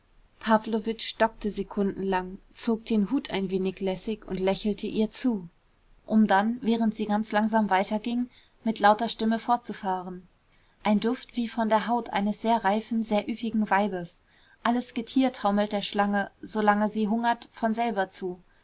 pawlowitsch stockte sekundenlang zog den hut ein wenig lässig und lächelte ihr zu um dann während sie ganz langsam weiterging mit lauter stimme fortzufahren ein duft wie von der haut eines sehr reifen sehr üppigen weibes alles getier taumelt der schlange solange sie hungert von selber zu